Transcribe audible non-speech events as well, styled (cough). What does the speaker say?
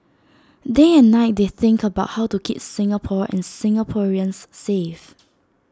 (noise) day and night they think about how to keep Singapore and Singaporeans safe